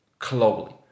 globally